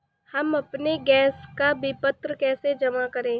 हम अपने गैस का विपत्र कैसे जमा करें?